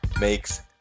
makes